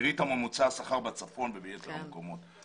תראי את ממוצע השכר בצפון וביתר המקומות.